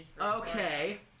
Okay